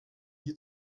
die